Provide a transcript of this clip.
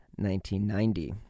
1990